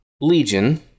Legion